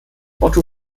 otto